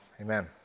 Amen